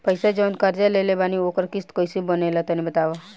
पैसा जऊन कर्जा लेले बानी ओकर किश्त कइसे बनेला तनी बताव?